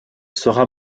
sera